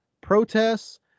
protests